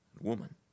woman